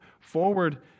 forward